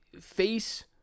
face